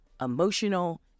emotional